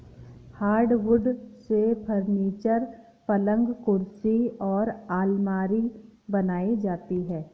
hardwood से furniture, पलंग कुर्सी और आलमारी बनाई जाती है